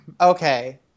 Okay